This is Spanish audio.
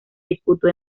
disputó